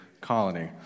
Colony